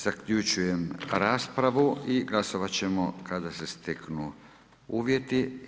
Zaključujem raspravu i glasovat ćemo kada se steknu uvjeti.